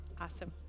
Awesome